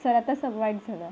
sir आता सव्वाआठ झालं